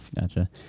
Gotcha